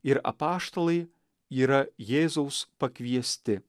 ir apaštalai yra jėzaus pakviesti